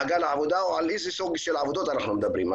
העבודה או על איזה סוג של עבודות אנחנו מדברים.